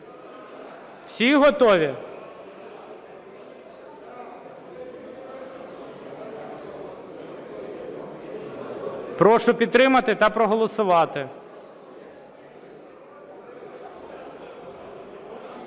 Всі готові? Прошу підтримати та проголосувати.